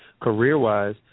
career-wise